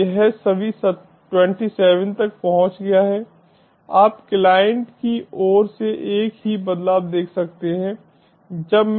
तो यह सभी 27 तक पहुंच गया है आप क्लाइंटकी ओर से एक ही बदलाव देख सकते हैं